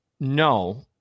no